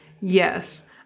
Yes